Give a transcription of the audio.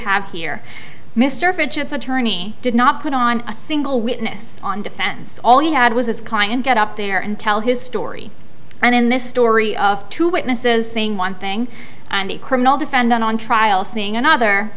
have here mr fidgets attorney did not put on a single witness on defense all he had was his client get up there and tell his story and in this story of two witnesses saying one thing and a criminal defendant on trial seeing another